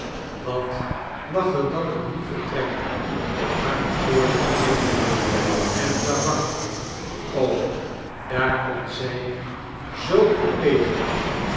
wat lag er dan een mere trek op haar bekoorlijk gezichtje en tabak o daar kon zij zoo goed tegen